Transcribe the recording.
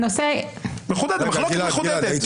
המחלוקת מחודדת.